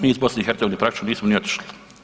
Mi iz BiH praktički nismo ni otišli.